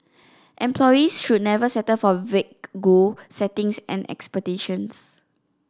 employees should also never settle for vague goal settings and expectations